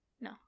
No